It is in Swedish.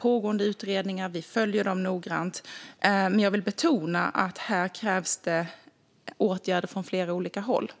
pågående utredningar. Vi följer dem noggrant. Men jag vill betona att det krävs åtgärder från flera olika håll.